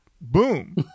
boom